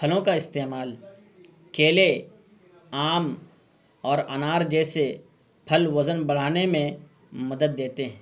پھلوں کا استعمال کیلے آم اور انار جیسے پھل وزن بڑھانے میں مدد دیتے ہیں